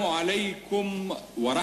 (קטע מוקלט מנאומו של הנשיא אנואר סאדאת